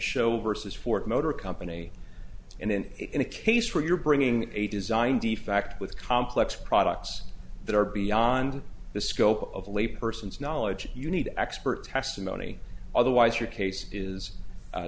show over says ford motor company in an in a case where you're bringing a design defect with complex products that are beyond the scope of lay persons knowledge you need expert testimony otherwise your case is